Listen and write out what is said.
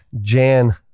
Jan